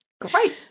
great